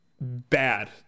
bad